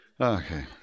Okay